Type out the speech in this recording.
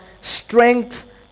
Strength